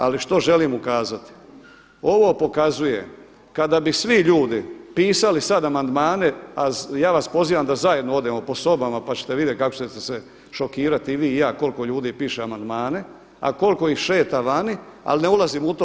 Ali što želim ukazati, ovo pokazuje kada bi svi ljudi pisali sada amandmane, a ja vas pozivam da zajedno odemo po sobama pa ćete vidjeti kako ćete se šokirati i vi i ja koliko ljudi piše amandmane, a koliko ih šeta vani, ali ne ulazim u to.